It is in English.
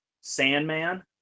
Sandman